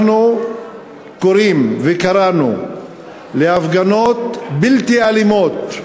אנחנו קוראים וקראנו להפגנות בלתי אלימות.